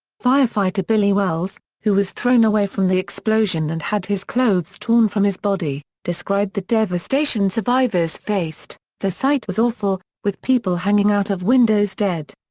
firefighter billy wells, who was thrown away from the explosion and had his clothes torn from his body, described the devastation survivors faced the sight was awful, with people hanging out of windows dead.